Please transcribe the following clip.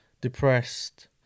depressed